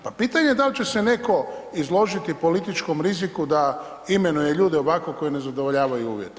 Pa pitanje da li će se netko izložiti političkom riziku da imenuje ljude ovako koji ne zadovoljavaju uvjete.